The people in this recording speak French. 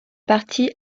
parti